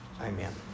amen